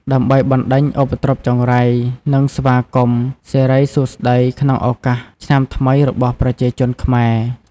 ដើម្បីបណ្តេញឧបទ្រពចង្រៃ និងស្វាគមន៍សិរីសួស្តីក្នុងឱកាសឆ្នាំថ្មីរបស់ប្រជាជនខ្មែរ។